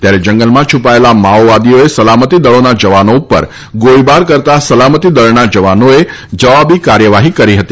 ત્યારે જંગલમાં છૂપાયેલા માઓવાદીઓએ સલામતી દળોના જવાનો ઉપર ગોળીબાર કરતાં સલામતી દળના જવાનોએ જવાબી કાર્યવાહી કરી હતી